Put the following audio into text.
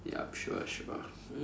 yup sure sure